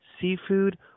seafood